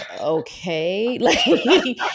okay